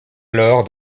alors